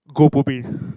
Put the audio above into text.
Goh-Bo-Peng